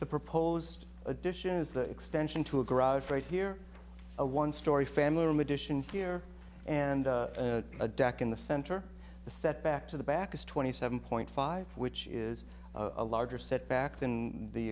the proposed addition is the extension to a garage right here a one story family room addition here and a deck in the center the set back to the back is twenty seven point five which is a larger set back than the